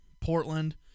Portland